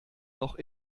noch